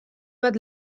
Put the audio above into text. bat